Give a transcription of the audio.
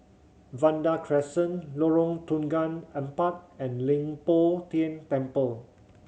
Vanda Crescent Lorong Tukang Empat and Leng Poh Tian Temple